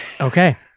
Okay